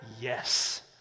yes